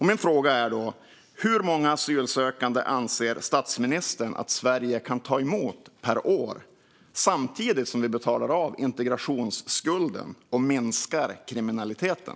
Min fråga är hur många asylsökande statsministern anser att Sverige kan ta emot per år samtidigt som vi betalar av integrationsskulden och minskar kriminaliteten.